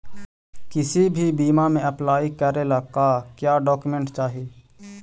किसी भी बीमा में अप्लाई करे ला का क्या डॉक्यूमेंट चाही?